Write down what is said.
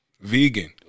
Vegan